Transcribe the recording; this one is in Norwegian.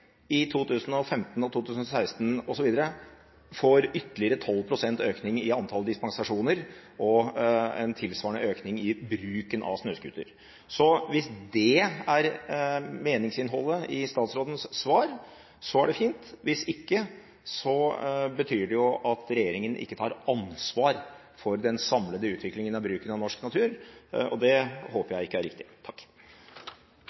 i 2015, 2016 osv. får ytterligere 12 pst. økning i antall dispensasjoner og en tilsvarende økning i bruken av snøscooter. Hvis det er meningsinnholdet i statsrådens svar, er det fint, hvis ikke betyr det at regjeringen ikke tar ansvar for den samlede utviklingen i bruken av norsk natur, og det håper